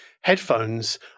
headphones